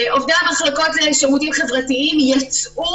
עובדי המחלקות לשירותים חברתיים יצאו